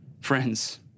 Friends